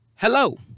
Hello